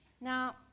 Now